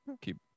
Keep